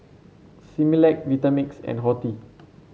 Similac Vitamix and Horti